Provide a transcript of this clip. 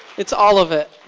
it's all of it.